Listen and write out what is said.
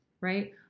right